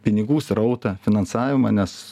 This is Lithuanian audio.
pinigų srautą finansavimą nes